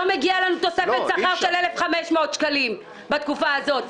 לא מגיע לנו תוספת שכר של 1,500 שקל בתקופה הזו.